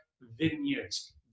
vineyards